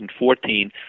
2014